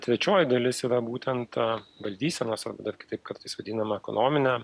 trečioji dalis yra būtent ta valdysenos arba dar kitaip kartais vadinama ekonomine